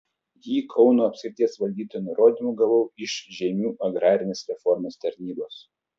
jį kauno apskrities valdytojo nurodymu gavau iš žeimių agrarinės reformos tarnybos